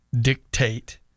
dictate